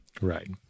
Right